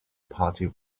party